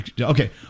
Okay